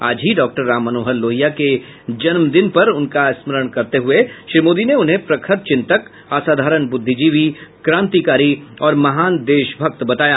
आज ही डॉक्टर राम मनोहर लोहिया के जन्मदिन पर उनका स्मरण करते हुए श्री मोदी ने उन्हें प्रखर चिंतक असाधारण ब्रुद्धिजीवी क्रांतिकारी और महान देशभक्त बताया